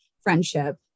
friendship